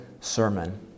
sermon